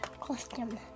costume